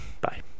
bye